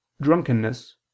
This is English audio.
drunkenness